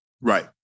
Right